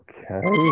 Okay